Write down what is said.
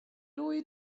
louie